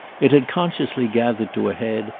it had consciously gathered to a head,